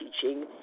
teaching